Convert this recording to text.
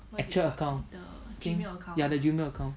actual account ya the gmail account